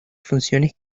funciones